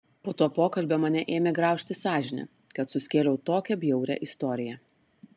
po to pokalbio mane ėmė graužti sąžinė kad suskėliau tokią bjaurią istoriją